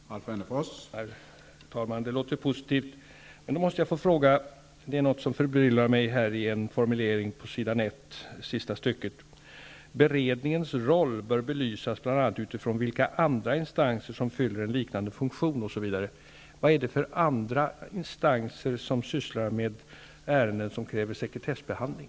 Herr talman! Det låter positivt. men det är en formulering på s. 1 i svaret som förbryllar mig, nämligen: ''Beredningens roll bör belysas bl.a. utifrån vilka andra instanser som fyller en liknande funktion som den beredningen har.'' Vad är det för andra instanser som sysslar med ärenden som kräver sekretessbehandling?